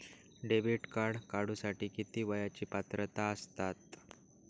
Debit card काढूसाठी किती वयाची पात्रता असतात?